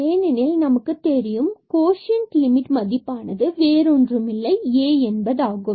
ஏனெனில் நமக்கு தெரியும் கோஷ்ன்டின் லிமிட் மதிப்பானது வேறொன்றுமில்லை A ஆகும்